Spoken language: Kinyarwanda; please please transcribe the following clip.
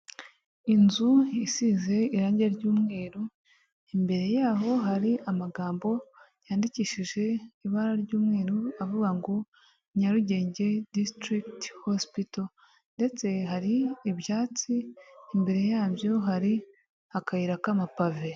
Inzu isize irange ry'umweru, imbere yaho hari amagambo yandikishije ibara ry'umweru avuga ngo Nyarugenge disitirigiti hosipito ndetse hari ibyatsi, imbere yabyo hari akayira k'amapave.